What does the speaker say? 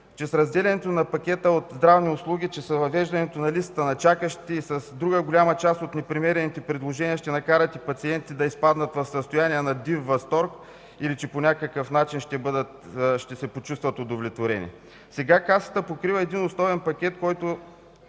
че с разделянето на пакета от здравни услуги, че с въвеждането на листата на чакащите и с друга голяма част от непремерените предложения, ще накарате пациентите да изпаднат в състояние на див възторг или че по някакъв начин ще се почувстват удовлетворени? Сега Касата покрива един основен пакет, в който